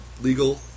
legal